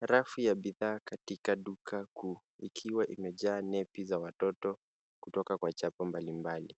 Rafu ya bidhaa katika duka kuu, ikiwa imejaa nepi za watoto kutoka kwa chapa mbalimbali.